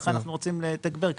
לכן אנחנו רוצים לתגבר.